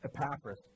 Epaphras